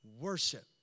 worship